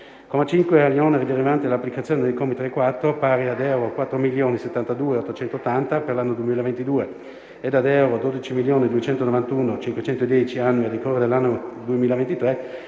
5. Agli oneri derivanti dall'applicazione dei commi 3 e 4, pari ad euro 4.072.880 per l'anno 2022 e ad euro 12.291.510 annui a decorrere dall'anno 2023,